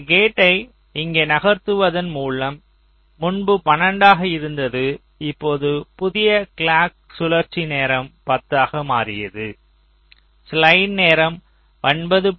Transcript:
இந்த கேட்டை இங்கே நகர்த்துவதன் மூலம் முன்பு 12 ஆக இருந்தது இப்போது புதிய கிளாக் சுழற்சி நேரம் 10 ஆக மாறியது